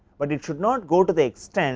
but it should not go to the extent